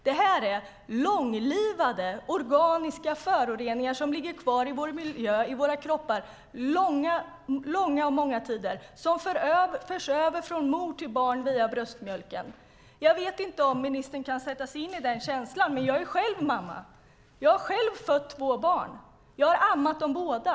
Det är långlivade organiska föroreningar som ligger kvar i vår miljö och i våra kroppar under lång tid. De förs över från mor till barn via bröstmjölken. Jag vet inte om ministern kan sätta sig in i hur det känns. Jag är själv mamma. Jag har själv fött två barn. Jag har ammat dem båda.